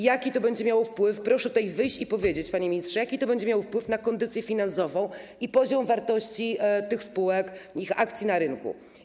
Jaki to będzie miało wpływ, proszę tutaj wyjść i powiedzieć, panie ministrze, jaki to będzie miało wpływ na kondycję finansową i poziom wartości tych spółek, ich akcji na rynku.